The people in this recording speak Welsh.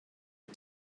wyt